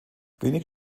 wenig